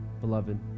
beloved